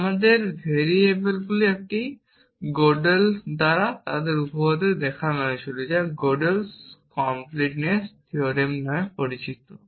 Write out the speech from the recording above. আমাদের ভেরিয়েবলগুলি এটি godel দ্বারা তার উপপাদ্যে দেখানো হয়েছিল যা Godels completeness theorem নামে পরিচিত ছিল